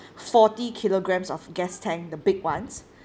fourty kilograms of gas tank the big ones